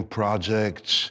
projects